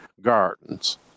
gardens